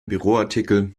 büroartikel